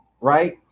Right